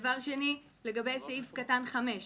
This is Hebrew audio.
דבר שני, לגבי סעיף קטן (5):